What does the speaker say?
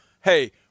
hey